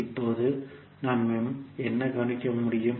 இப்போது நாம் என்ன கவனிக்க முடியும்